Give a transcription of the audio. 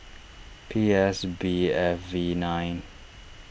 P S B F V nine